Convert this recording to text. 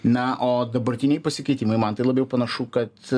na o dabartiniai pasikeitimai man tai labiau panašu kad